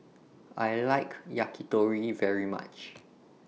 I like Yakitori very much